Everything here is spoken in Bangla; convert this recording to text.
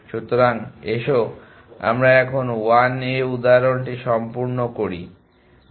সুতরাং আসুন আমরা অন্য 1 এ উদাহরণটি সম্পূর্ণ করি